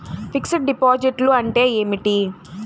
Fixed డిపాజిట్లు అంటే ఏమిటి?